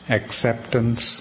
acceptance